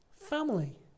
family